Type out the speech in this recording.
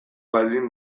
baldin